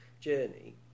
journey